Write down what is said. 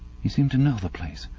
he seemed to know the place.